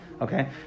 Okay